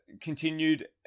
continued